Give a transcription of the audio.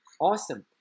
Awesome